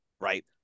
Right